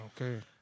Okay